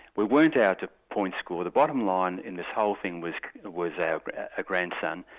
we weren't out to point-score, the bottom line in this whole thing was was our ah grandson,